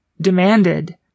demanded